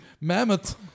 mammoth